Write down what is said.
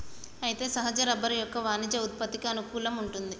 అయితే సహజ రబ్బరు యొక్క వాణిజ్య ఉత్పత్తికి అనుకూలంగా వుంటుంది